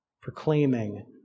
Proclaiming